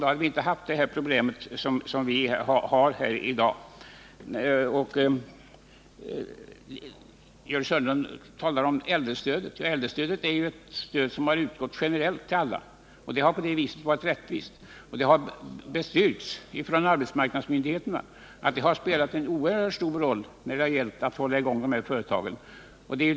Då hade vi inte haft de problem som vi i dag har. Gördis Hörnlund talar om äldrestödet. Detta stöd har utgått generellt till alla företag. På det sättet har stödet varit rättvist. Arbetsmarknadsmyndigheterna har bestyrkt att det spelat en oerhört stor roll när det gällt att hålla i gång företagen.